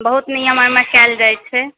बहुत नियम एहिमे कयल जाइ छै